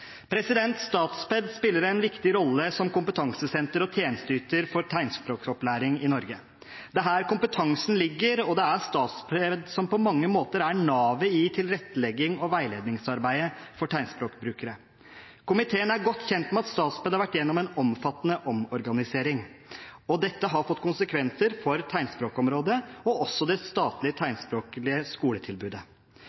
Norge. Det er her kompetansen ligger, og det er Statped som på mange måter er navet i tilretteleggings- og veiledningsarbeidet for tegnspråkbrukere. Komiteen er godt kjent med at Statped har vært gjennom en omfattende omorganisering. Dette har fått konsekvenser for tegnspråkområdet og også det statlige